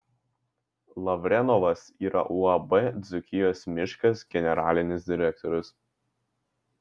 lavrenovas yra uab dzūkijos miškas generalinis direktorius